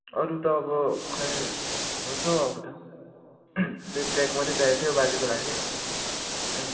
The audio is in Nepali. अरू त अब खै होस् हौ अब त त्यही ट्र्याक मात्रै चाहिएको थियो बाजेको लागि